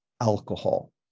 alcohol